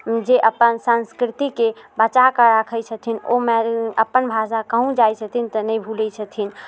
जे अपन संस्कृतिके बचाके राखै छथिन ओ मै अपन भाषा कहूँ जाइ छथिन तऽ नहि भूलै छथिन